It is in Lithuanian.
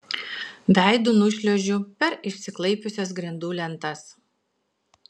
veidu nušliuožiu per išsiklaipiusias grindų lentas